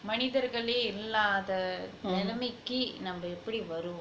மனிதர்களே இல்லாத நிலைமைக்கு நம்ம எப்படி வரும்:manidharkalae illatha nilamaikku namma eppadi varum